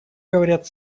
говорят